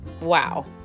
Wow